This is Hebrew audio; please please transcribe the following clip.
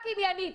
רק עניינית.